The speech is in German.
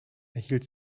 erhielt